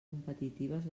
competitives